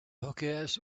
hookahs